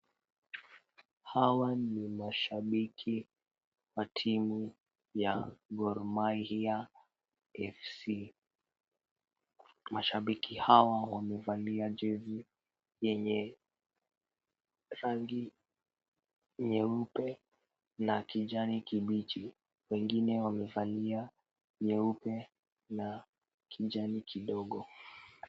Hawa ni mashabiki wa timu ya Gor Mahia FC. Mashabiki hawa wamevalia jezi yenye rangi nyeupe na kijani kibichi, wengine wamevalia nyeupe na kijani kidogo.